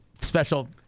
special